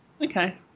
Okay